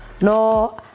No